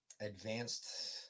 advanced